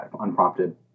unprompted